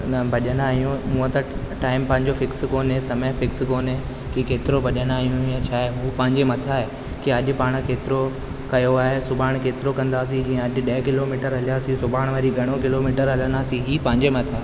अने भॼंदा आहियूं हूअं त टाइम पंहिंजो फिक्स कोन्हे समय पंहिंजो फिक्स कोन्हे की केतिरो भॼंदा आहियूं या छा आहे उहो पंहिंजे मथां आहे कि अॼु पाण केतिरो कयो आहे सुभाणे केतिरो कंदासीं जीअं अॼु ॾह किलोमीटर हलियासीं सुभाणे वरी घणो किलोमीटर हलंदासीं ही पंहिंजे मथां आहे